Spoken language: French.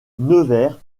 nevers